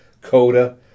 Coda